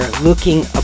looking